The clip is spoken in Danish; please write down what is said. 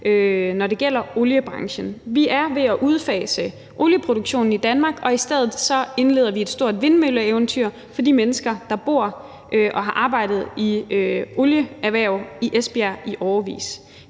når det gælder oliebranchen. Vi er ved at udfase olieproduktionen i Danmark, og i stedet indleder vi et stort vindmølleeventyr, bl.a. for de mennesker, der bor i Esbjerg og har arbejdet i oliebaserede erhverv i årevis.